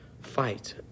fight